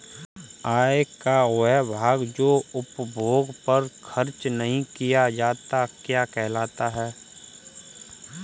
आय का वह भाग जो उपभोग पर खर्च नही किया जाता क्या कहलाता है?